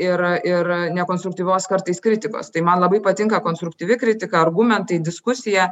ir ir nekonstruktyvios kartais kritikos tai man labai patinka konstruktyvi kritika argumentai diskusija